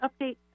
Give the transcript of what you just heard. update